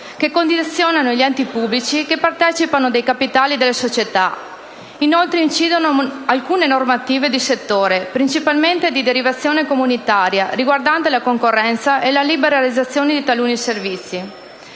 che condizionano gli enti pubblici che partecipano ai capitali delle società. Inoltre, incidono alcune normative di settore, principalmente di derivazione comunitaria, riguardanti la concorrenza e la liberalizzazione di taluni servizi.